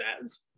says